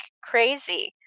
crazy